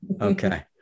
Okay